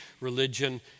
religion